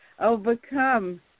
overcome